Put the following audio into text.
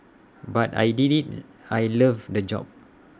but I did IT I loved the job